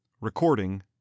Recording